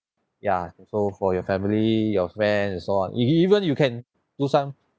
ya so for your family your friends and so on you even you can do some